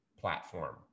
platform